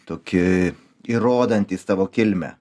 tokie įrodantys savo kilmę